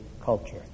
culture